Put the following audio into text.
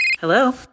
Hello